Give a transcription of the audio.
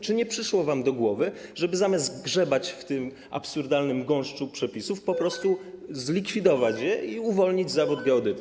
Czy nie przyszło wam do głowy, żeby zamiast grzebać w tym absurdalnym gąszczu przepisów, po prostu zlikwidować je i uwolnić zawód geodety?